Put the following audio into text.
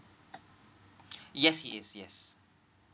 yes yes yes